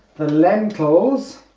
the lentils